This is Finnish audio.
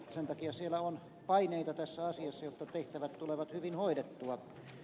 sen takia siellä on paineita tässä asiassa jotta tehtävät tulevat hyvin hoidettua